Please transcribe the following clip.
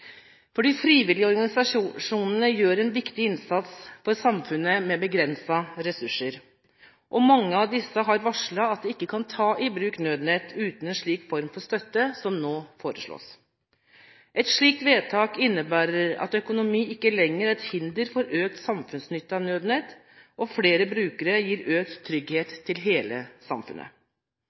De frivillige organisasjonene gjør en viktig innsats for samfunnet med begrensede ressurser, og mange av disse har varslet at de ikke kan ta i bruk Nødnett uten en slik form for støtte som nå foreslås. Et slikt vedtak innebærer at økonomi ikke lenger er et hinder for økt samfunnsnytte av Nødnett, og flere brukere gir økt trygghet til hele samfunnet.